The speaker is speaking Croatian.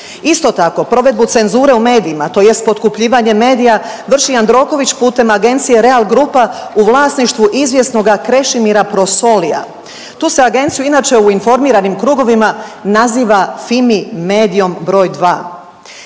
Isto tako provedbu cenzure u medijima, tj. potkupljivanje medija vrši Jandroković putem agencije Real Grupa u vlasništvu izvjesnoga Krešimira Prosolija. Tu se agenciju inače u informiranim krugovima naziva Fimi Medijom br. 2.